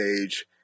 age